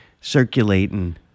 circulating